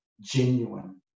Genuine